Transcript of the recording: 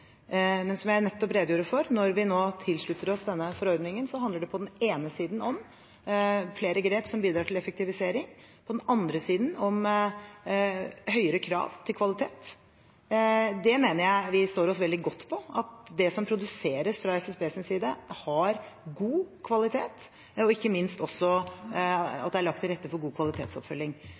Men som jeg nettopp redegjorde for: Når vi nå tilslutter oss denne forordningen, handler det på den ene siden om flere grep som bidrar til effektivisering, på den andre siden om større krav til kvalitet. Jeg mener vi står oss veldig godt på at det som produseres fra SSBs side, har god kvalitet og ikke minst også at det er lagt til rette for god kvalitetsoppfølging.